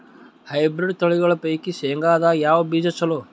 Hybrid ತಳಿಗಳ ಪೈಕಿ ಶೇಂಗದಾಗ ಯಾವ ಬೀಜ ಚಲೋ?